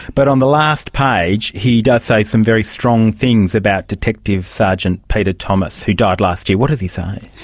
but on the last page he does say some very strong things about detective sergeant peter thomas, who died last year. what does he say?